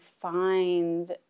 find